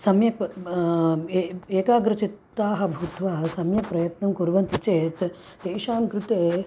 सम्यक् ए एकाग्रचित्ताः भूत्वा सम्यक् प्रयत्नं कुर्वन्ति चेत् तेषां कृते